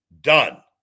Done